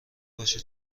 باشه